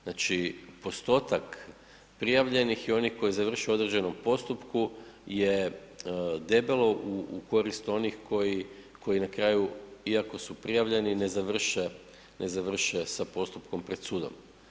Znači postotak prijavljenih i onih koji završe u određenom postupku je debelo u korist onih koji na kraju iako su prijavljeni ne završe sa postupkom pred sudom.